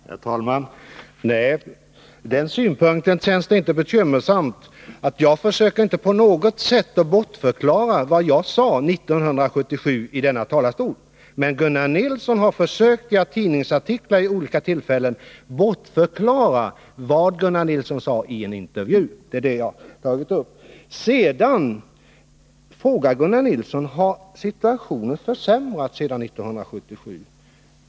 Herr talman! Nej, ur den synpunkten känns det inte bekymmersamt. Jag försöker inte på något sätt bortförklara vad jag sade 1977 i denna talarstol. Men Gunnar Nilsson har försökt att i tidningsartiklar vid olika tillfällen bortförklara vad han sade i en intervju. Det är det som jag har tagit upp här. Sedan frågade Gunnar Nilsson: Har situationen försämrats sedan 1977?